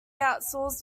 outsourced